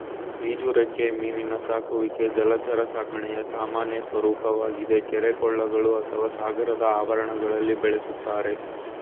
ಈಜುರೆಕ್ಕೆ ಮೀನಿನ ಸಾಕುವಿಕೆ ಜಲಚರ ಸಾಕಣೆಯ ಸಾಮಾನ್ಯ ಸ್ವರೂಪವಾಗಿದೆ ಕೆರೆ ಕೊಳಗಳು ಅಥವಾ ಸಾಗರದ ಆವರಣಗಳಲ್ಲಿ ಬೆಳೆಸ್ತಾರೆ